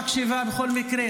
אני מתחיל עם הקריאות.